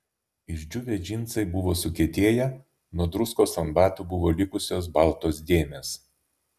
išdžiūvę džinsai buvo sukietėję nuo druskos ant batų buvo likusios baltos dėmės